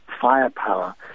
firepower